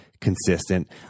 consistent